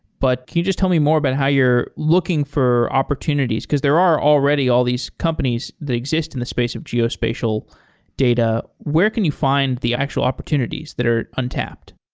but can you just tell me more about how you're looking for opportunities, because there are already all these companies that exist in the space of geospatial data. where can you find the actual opportunities that are untapped?